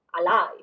alive